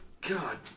God